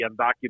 undocumented